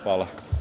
Hvala.